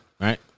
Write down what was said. right